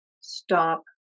stop